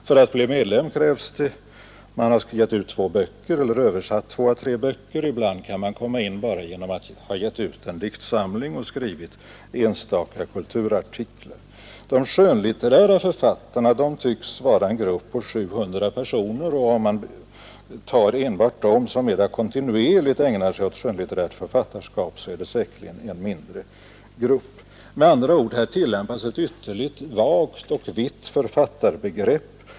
För att bli medlem krävs det att man skall ha gett ut två böcker eller översatt 2 å 3 böcker; ibland kan man komma in bara genom att ha gett ut en diktsamling och skrivit enstaka kulturartiklar. De skönlitterära författarna tycks vara en grupp på 700 personer. Om man tar enbart dem som mera kontinuerligt ägnar sig åt skönlitterärt författarskap är det säkerligen en mindre grupp. Här tillämpas med andra ord ett ytterst vagt och vidsträckt författarbegrepp.